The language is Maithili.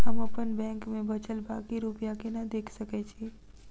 हम अप्पन बैंक मे बचल बाकी रुपया केना देख सकय छी?